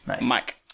Mike